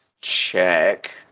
check